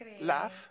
laugh